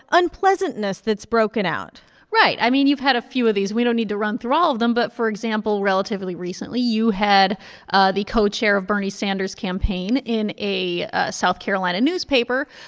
unpleasantness that's broken out right. i mean, you've had a few of these. we don't need to run through all of them. but, for example, relatively recently, you had the co-chair of bernie sanders' campaign in a south carolina newspaper